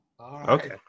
Okay